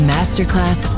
Masterclass